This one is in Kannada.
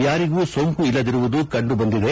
ಯಾರಿಗೂ ಸೋಂಕು ಇಲ್ಲದಿರುವುದು ಕಂಡು ಬಂದಿದೆ